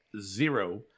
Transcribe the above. zero